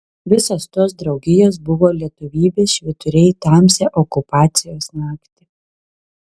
visos tos draugijos buvo lietuvybės švyturiai tamsią okupacijos naktį